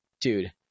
Dude